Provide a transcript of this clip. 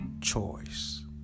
choice